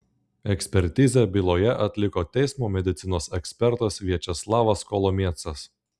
ekspertizę byloje atliko teismo medicinos ekspertas viačeslavas kolomiecas